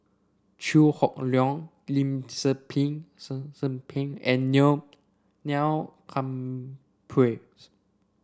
Chew Hock Leong Lim Tze Peng Tze Tze Peng and Neil Humphreys